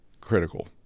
critical